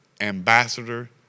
ambassador